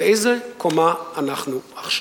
באיזו קומה אנחנו עכשיו?